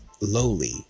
lowly